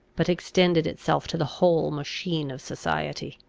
but extended itself to the whole machine of society.